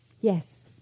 Yes